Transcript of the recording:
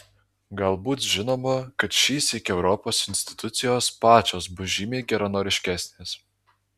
galbūt žinoma kad šįsyk europos institucijos pačios bus žymiai geranoriškesnės